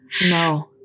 No